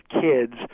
kids